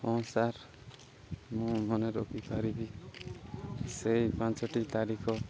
ହଁ ସାର୍ ମୁଁ ମନେ ରଖିପାରିବି ସେହି ପାଞ୍ଚଟି ତାରିଖ